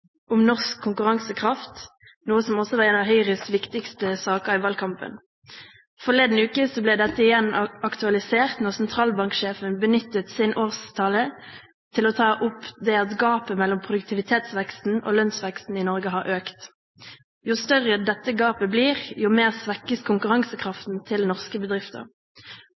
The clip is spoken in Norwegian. om norsk konkurransekraft, noe som også var en av Høyres viktigste saker i valgkampen. Forleden uke ble dette igjen aktualisert da sentralbanksjefen benyttet sin årstale til å ta opp det at gapet mellom produktivitetsveksten og lønnsveksten i Norge har økt. Jo større dette gapet blir, jo mer svekkes konkurransekraften til norske bedrifter.